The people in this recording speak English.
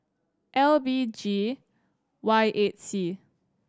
L B G Y eight C